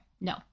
No